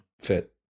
Fit